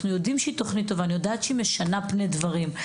אני יודעת שהיא טובה ושהיא משנה פני דברים.